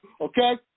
Okay